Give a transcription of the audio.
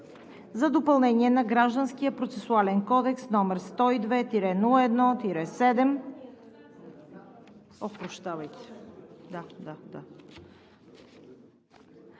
за допълнение на Гражданския процесуален кодекс, № 102-01-7,